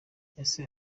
ese